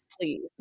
please